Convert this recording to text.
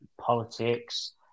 politics